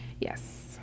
Yes